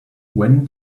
when